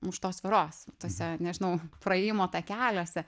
už tos tvoros tuose nežinau praėjimo takeliuose